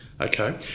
Okay